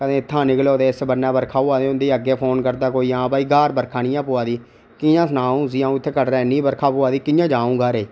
कदें इत्थै दा निकलो तां इस बन्नै बर्खा् होआ दी होंदी अग्गै फोन करदा कोई आं भाई घर बर्खा निं ऐ पौआ दी कि'यां सनांऽ हून उसी अ'ऊं उत्थै कटरै इन्नी बर्खा पवा दी कि'यां